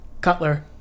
Cutler